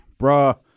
Bruh